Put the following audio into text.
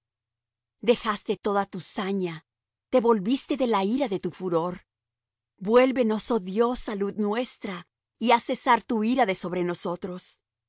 dejaste toda tu saña te volviste de la ira de tu furor vuélvenos oh dios salud nuestra y haz cesar tu ira de sobre nosotros